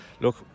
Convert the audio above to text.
look